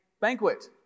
banquet